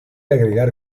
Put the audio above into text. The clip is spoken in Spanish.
agregar